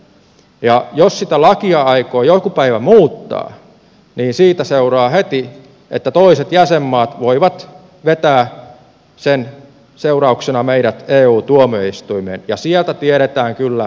jos sitä lakia aikoo joku päivä muuttaa niin siitä seuraa heti että toiset jäsenmaat voivat vetää sen seurauksena meidät eu tuomioistuimeen ja sieltä tiedetään kyllä mikä on tuloksena